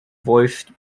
voiced